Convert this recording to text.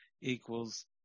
equals